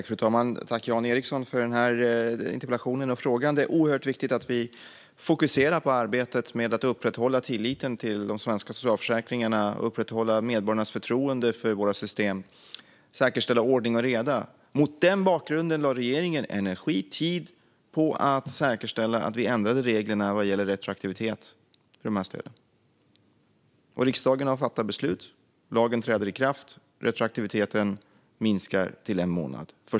Fru talman! Tack, Jan Ericson, för denna interpellation och för frågan! Det är oerhört viktigt att vi fokuserar på arbetet med att upprätthålla tilliten till de svenska socialförsäkringarna, att upprätthålla medborgarnas förtroende för våra system och att säkerställa ordning och reda. Mot den bakgrunden lade regeringen energi och tid på att säkerställa att vi ändrade reglerna vad gäller retroaktivitet för dessa stöd. Riksdagen har fattat beslut - lagen träder i kraft den 1 januari, och retroaktiviteten minskar då till en månad.